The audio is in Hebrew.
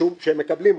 שוב, כשהם מקבלים אותו.